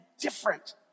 different